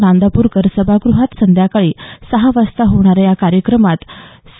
नांदापूरकर सभाग्रहात सायंकाळी सहा वाजता होणाऱ्या या कार्यक्रमात सु